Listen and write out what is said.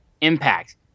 Impact